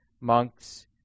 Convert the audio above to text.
monks